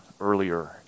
earlier